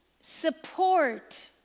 support